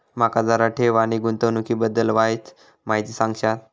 माका जरा ठेव आणि गुंतवणूकी बद्दल वायचं माहिती सांगशात?